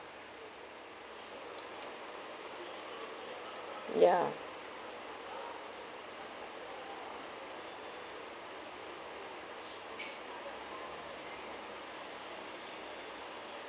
ya